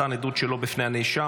מתן עדות שלא בפני הנאשם